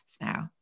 now